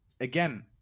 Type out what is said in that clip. again